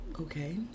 okay